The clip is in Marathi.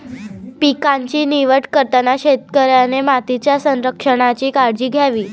पिकांची निवड करताना शेतकऱ्याने मातीच्या संरक्षणाची काळजी घ्यावी